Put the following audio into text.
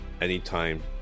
anytime